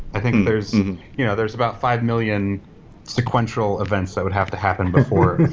i think there's you know there's about five million sequential events that would have to happen before that.